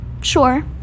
Sure